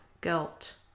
guilt